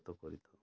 ଖତ କରିଥାଉ